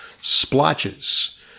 splotches